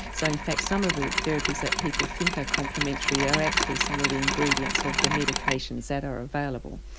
so in fact some of the therapies that people think are complimentary are actually some of the ingredients of the medications that are available.